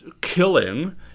killing